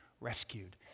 rescued